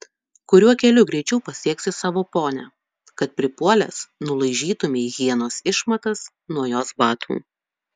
kuriuo keliu greičiau pasieksi savo ponią kad pripuolęs nulaižytumei hienos išmatas nuo jos batų